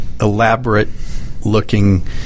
elaborate-looking